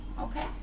okay